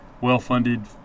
well-funded